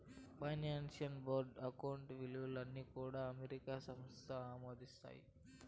finance board account వివరాలు అన్నీ కూడా అమెరికా సంస్థలు ఆమోదించాయి